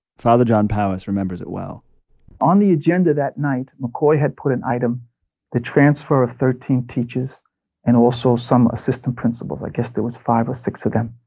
father john powis remembers it well on the agenda that night, mccoy had put an item the transfer of thirteen teachers and also some assistant principals. i guess there was five or six of them.